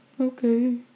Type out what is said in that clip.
okay